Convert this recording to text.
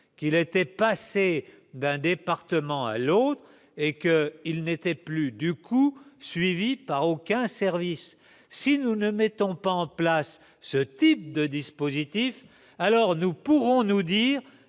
qu'il était passé d'un département à l'autre et qu'il n'était plus du coup suivi par aucun service si nous ne mettons pas en place ce type de dispositif, alors nous pourrons nous dire